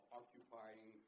occupying